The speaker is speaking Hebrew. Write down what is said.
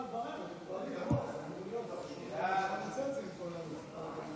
חוק הצלילה הספורטיבית (תיקון מס' 3),